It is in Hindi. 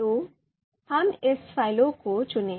तो हम इस फाइल को चुनें